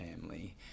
family